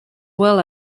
well